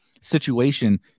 situation